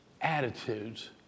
Attitudes